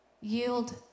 Yield